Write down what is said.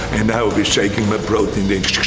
and i would be shaking my protein, just